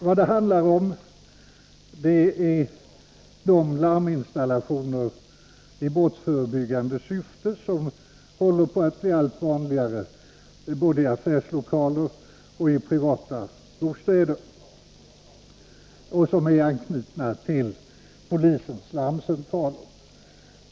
Vad det handlar om är de larminstallationer i brottsförebyggande syfte som håller på att bli allt vanligare, både i affärslokaler och i privata bostäder, och som är anknutna till polisens larmcentraler.